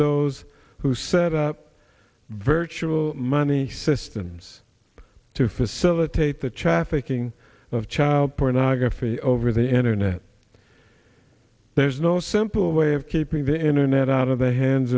those who set up virtual money systems to facilitate the chaff aching of child pornography over the internet there's no simple way of keeping the internet out of the hands